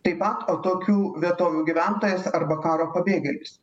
taip pat atokių vietovių gyventojas arba karo pabėgėlis